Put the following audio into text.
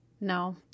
No